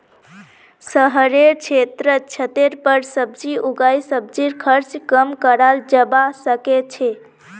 शहरेर क्षेत्रत छतेर पर सब्जी उगई सब्जीर खर्च कम कराल जबा सके छै